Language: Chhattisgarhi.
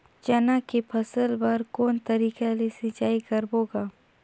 चना के फसल बर कोन तरीका ले सिंचाई करबो गा?